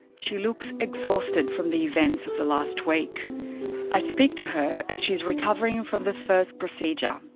she looks exhausted from the events of the last week i speak to her as she's recovering from the first procedure.